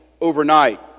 overnight